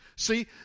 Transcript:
See